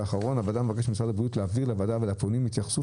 מבקשת ממשרד הבריאות להעביר לוועדה ולפונים התייחסות